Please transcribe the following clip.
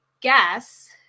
guess